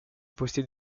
poster